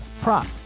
prop